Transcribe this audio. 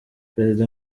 perezida